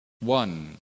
one